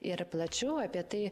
ir plačiau apie tai